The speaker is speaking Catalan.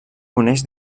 coneix